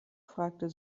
fragte